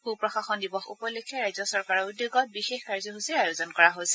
সূ প্ৰশাসন দিৱস উপলক্ষে ৰাজ্য চৰকাৰৰ উদ্যোগত বিশেষ কাৰ্যসূচীৰ আয়োজন কৰা হৈছে